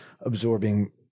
absorbing